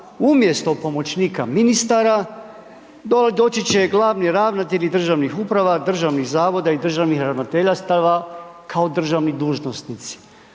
umjesto pomoćnika ministara doći će glavni ravnatelj državnih uprava, državnih zavoda i državnih ravnateljstva kao državni dužnosnici.